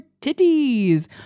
titties